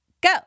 go